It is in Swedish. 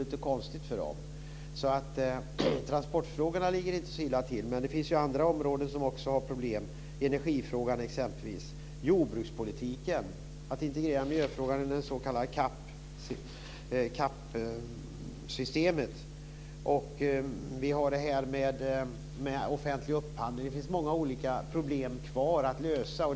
Transportfrågorna ligger inte så illa till, men det finns andra områden som också har problem, t.ex. energifrågan. Det gäller också jordbrukspolitiken och integrering av miljöfrågan i CAP-systemet liksom detta med offentlig upphandling. Det finns många problem kvar att lösa.